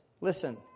listen